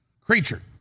creature